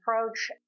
approach